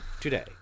Today